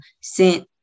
sent